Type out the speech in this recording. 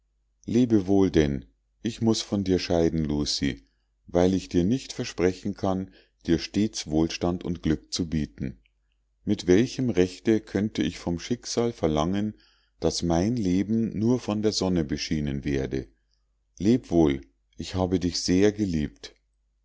lebe wohl denn ich muß von dir scheiden lucie weil ich dir nicht versprechen kann dir stets wohlstand und glück zu bieten mit welchem rechte könnte ich vom schicksal verlangen daß mein leben nur von der sonne beschienen werde leb wohl ich habe dich sehr geliebt